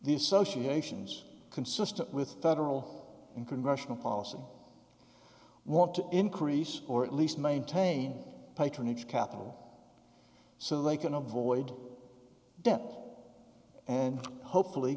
relations consistent with federal and congressional policy want to increase or at least maintain patronage capital so they can avoid death and hopefully